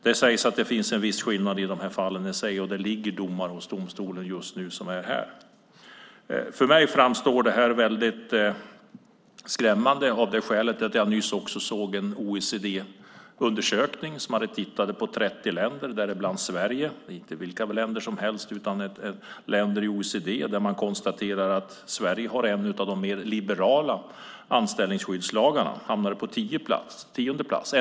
Det sägs att det finns en viss skillnad i de här fallen, och det ligger domar hos domstolen just nu om det här. För mig framstår detta väldigt skrämmande också av det skälet att jag nyss såg en OECD-undersökning där man har tittat på 30 länder, däribland Sverige. Det är inte vilka länder som helst utan länder i OECD. Och man konstaterar att Sverige har en av de mer liberala anställningsskyddslagarna. Vi hamnade på tionde plats.